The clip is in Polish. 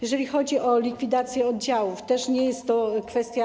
Jeżeli chodzi o likwidację oddziałów, to też nie jest to kwestia.